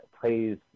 plays